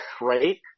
right